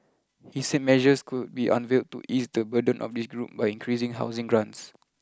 he said measures could be unveiled to ease the burden of this group by increasing housing grants